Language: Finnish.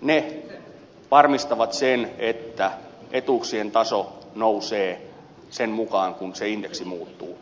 ne varmistavat sen että etuuksien taso nousee sen mukaan kuin se indeksi muuttuu